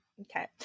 Okay